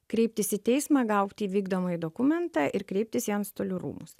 kreiptis į teismą gauti vykdomąjį dokumentą ir kreiptis į antstolių rūmus